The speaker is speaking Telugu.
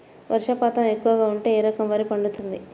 వర్షపాతం ఎక్కువగా ఉంటే ఏ రకం వరి పండుతుంది?